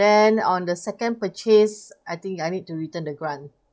then on the second purchase I think I need to return the grant